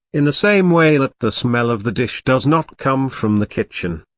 in the same way that the smell of the dish does not come from the kitchen.